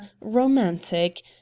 romantic